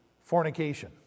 Fornication